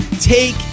take